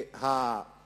לא